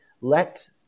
let